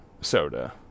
soda